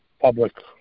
public